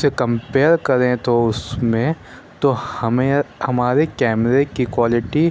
سے کمپیر کریں تو اُس میں تو ہمیں ہمارے کیمرے کی کوالٹی